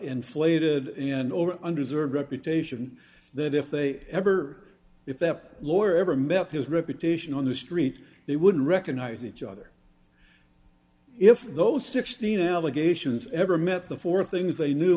inflated and over under served reputation that if they ever if that lawyer ever met his reputation on the street they wouldn't recognise each other if those sixteen allegations ever met the four things they knew